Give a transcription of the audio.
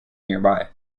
nearby